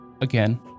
again